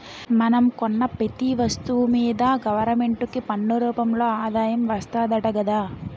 మనం కొన్న పెతీ ఒస్తువు మీదా గవరమెంటుకి పన్ను రూపంలో ఆదాయం వస్తాదట గదా